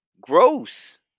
gross